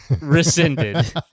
rescinded